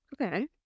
Okay